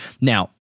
now